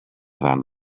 than